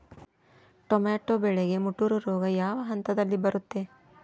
Tomato ಬೆಳೆಗೆ ಮುಟೂರು ರೋಗ ಯಾವ ಹಂತದಲ್ಲಿ ಬರುತ್ತೆ?